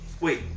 Wait